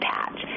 Patch